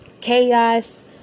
chaos